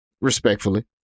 respectfully